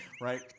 right